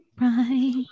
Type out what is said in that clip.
right